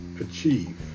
achieve